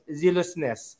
zealousness